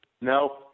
No